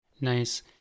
Nice